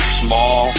small